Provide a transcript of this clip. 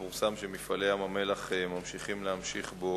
באוקטובר 2009 פורסם כי "מפעלי ים-המלח" ממשיכים להשליך